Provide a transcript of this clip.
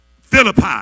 Philippi